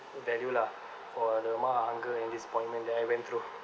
value lah for the amount of hunger and disappointment that I went through